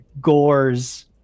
gores